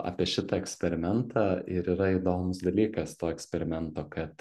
apie šitą eksperimentą ir yra įdomus dalykas to eksperimento kad